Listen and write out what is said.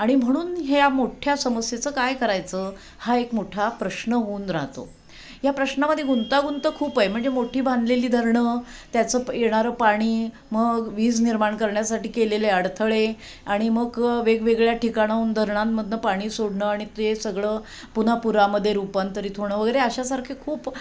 आणि म्हणून ह्या मोठ्या समस्येचं काय करायचं हा एक मोठा प्रश्न होऊन राहतो या प्रश्नामध्ये गुंतागुंत खूप आहे म्हणजे मोठी बांधलेली धरणं त्याचं प येणारं पाणी मग वीज निर्माण करण्यासाठी केलेले अडथळे आणि मग वेगवेगळ्या ठिकाणांहून धरणांमधनं पाणी सोडणं आणि ते सगळं पुन्हा पुरामध्ये रूपांतरित होणं वगैरे अशासारखे खूप